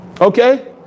okay